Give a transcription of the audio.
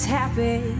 happy